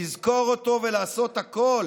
לזכור אותו ולעשות הכול